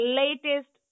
latest